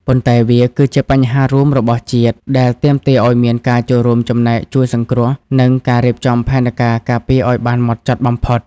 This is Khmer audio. ប៉ុន្តែវាគឺជាបញ្ហារួមរបស់ជាតិដែលទាមទារឱ្យមានការចូលរួមចំណែកជួយសង្គ្រោះ និងការរៀបចំផែនការការពារឱ្យបានហ្មត់ចត់បំផុត។